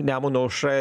nemuno aušra